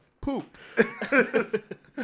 poop